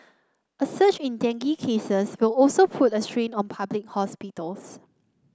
a surge in dengue cases will also put a strain on public hospitals